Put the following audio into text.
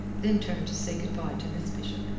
then turned to say good-bye to miss bishop,